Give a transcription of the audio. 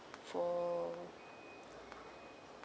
for